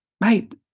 Mate